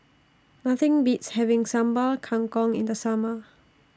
Nothing Beats having Sambal Kangkong in The Summer